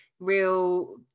Real